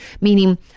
meaning